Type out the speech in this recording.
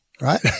right